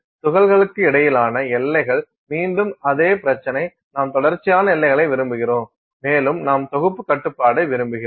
துகள்களுக்கு இடையிலான எல்லைகள் மீண்டும் அதே பிரச்சினை நாம் தொடர்ச்சியான எல்லைகளை விரும்புகிறோம் மேலும் நாம் தொகுப்புக் கட்டுப்பாட்டை விரும்புகிறோம்